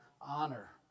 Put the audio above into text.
honor